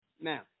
Now